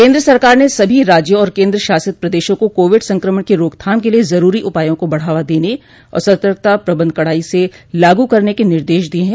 केन्द्र सरकार ने सभी राज्यों और केन्द्र शासित प्रदेशों को कोविड संक्रमण की रोकथाम के लिये जरूरी उपायों को बढ़ावा देने और सतर्कता प्रबंध कड़ाई से लागू करने के निर्देश दिये हैं